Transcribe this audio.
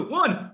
one